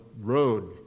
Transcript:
road